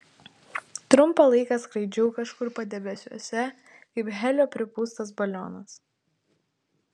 trumpą laiką skraidžiau kažkur padebesiuose kaip helio pripūstas balionas